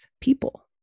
people